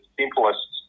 simplest